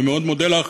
אני מאוד מודה לך.